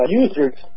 user's